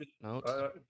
No